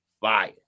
fire